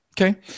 Okay